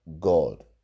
God